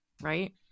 right